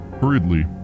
Hurriedly